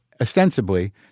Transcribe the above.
ostensibly